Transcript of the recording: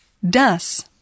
das